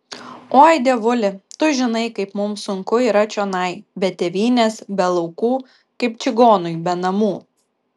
oi dievuli tu žinai kaip mums sunku yra čionai be tėvynės be laukų kaip čigonui be namų